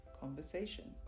conversation